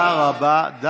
תודה רבה לשר.